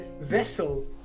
vessel